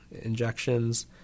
injections